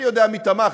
אני יודע מי תמך,